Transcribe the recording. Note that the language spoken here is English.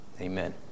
Amen